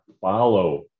follow